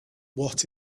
what